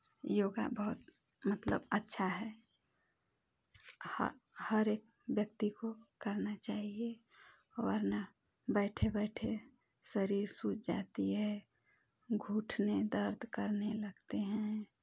योगा बहुत मतलब अच्छा है हर हर एक व्यक्ति को करना चाहिए वरना बैठे बैठे शरीर सूझ जाती है घुटने दर्द करने लगते हैं